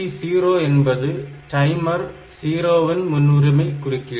PT0 என்பது timer 0 இன் முன்னுரிமை குறுக்கீடு